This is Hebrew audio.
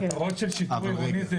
המטרות של שיטור עירוני זו